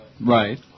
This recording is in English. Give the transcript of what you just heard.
Right